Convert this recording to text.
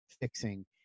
fixing